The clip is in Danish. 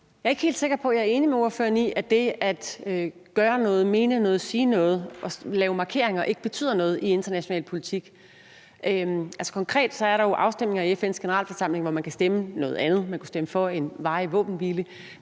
Jeg er ikke helt sikker på, at jeg er enig med ordføreren i, at det at gøre noget, mene noget, sige noget og lave markeringer ikke betyder noget i international politik. Altså, konkret er der jo afstemninger i FN's Generalforsamling, hvor man kan stemme noget andet – man kunne stemme for en varig våbenhvile